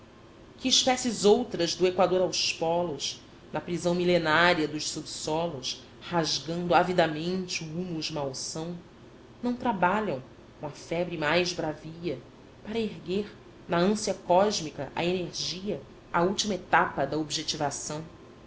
que espécies outras do equador aos pólos na prisão milenária dos subsolos rasgando avidamente o húmus malsão não trabalham com a febre mais bravia para erguer na ânsia cósmica a energia à última etapa da objetivação